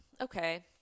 Okay